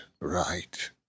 right